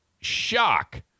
shock